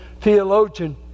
theologian